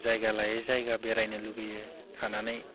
जायगा लायै जायगा बेरायनो लुबैयो थानानै